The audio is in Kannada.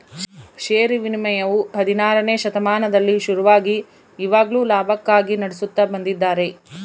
ಷೇರು ವಿನಿಮಯವು ಹದಿನಾರನೆ ಶತಮಾನದಲ್ಲಿ ಶುರುವಾಗಿ ಇವಾಗ್ಲೂ ಲಾಭಕ್ಕಾಗಿ ನಡೆಸುತ್ತ ಬಂದಿದ್ದಾರೆ